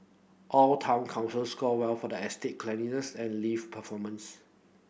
all town councils scored well for the estate cleanliness and lift performance